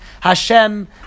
Hashem